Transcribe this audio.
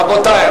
רבותי,